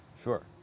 Sure